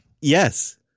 Yes